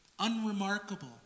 unremarkable